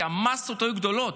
כי המאסות היו גדולות.